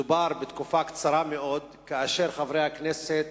מדובר בתקופה קצרה מאוד, כאשר חברי הכנסת